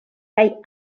kaj